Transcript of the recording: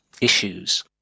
issues